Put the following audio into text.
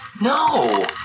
No